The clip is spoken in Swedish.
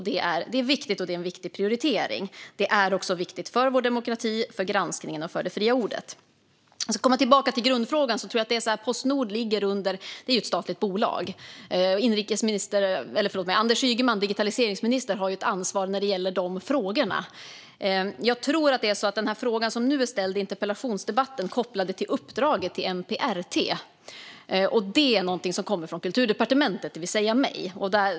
Det är viktigt, och det är en viktig prioritering. Det är också viktigt för vår demokrati, för granskningen och för det fria ordet. Jag ska komma tillbaka till grundfrågan. Postnord är ett statligt bolag. Digitaliseringsminister Anders Ygeman har ett ansvar när det gäller de frågorna. Men de frågor som ställdes i interpellationen är kopplade till uppdraget till MPRT. Det är någonting som kommer från Kulturdepartementet, det vill säga mig.